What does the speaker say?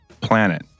planet